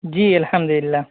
جی الحمد اللہ